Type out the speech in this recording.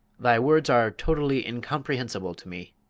thy words are totally incomprehensible to me.